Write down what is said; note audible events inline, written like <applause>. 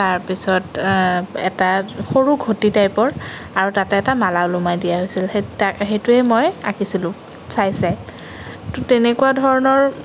তাৰপিছত এটা সৰু ঘটি টাইপৰ আৰু তাতে এটা মালা ওলমাই দিয়া হৈছিল <unintelligible> সেইটোৱেই মই আঁকিছিলোঁ চাই চাই ত' তেনেকুৱা ধৰণৰ